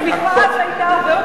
הצמיחה אז היתה הרבה